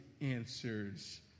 answers